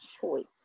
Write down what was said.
choice